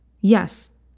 Yes